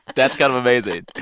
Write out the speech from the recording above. that's kind of amazing.